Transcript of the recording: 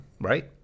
Right